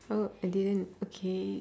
oh I didn't okay